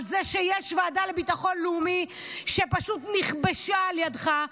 על זה שיש ועדה לביטחון לאומי שפשוט נכבשה על ידך,